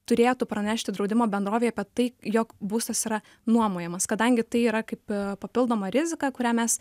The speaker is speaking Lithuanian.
turėtų pranešti draudimo bendrovei apie tai jog būstas yra nuomojamas kadangi tai yra kaip papildoma rizika kurią mes